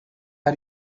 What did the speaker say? are